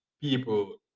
people